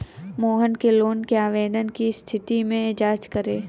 मोहन के लोन के आवेदन की स्थिति की जाँच करें